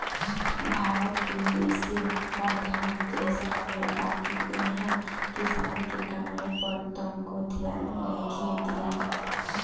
भारत कृषि प्रधान देश हवे बाकिर इहा किसान के कमाई पर तनको ध्यान नइखे दियात